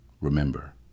Remember